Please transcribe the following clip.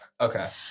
okay